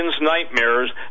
nightmares